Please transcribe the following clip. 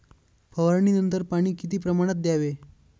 फवारणीनंतर पाणी किती प्रमाणात द्यावे?